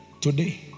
today